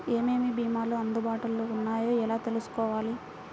ఏమేమి భీమాలు అందుబాటులో వున్నాయో ఎలా తెలుసుకోవాలి?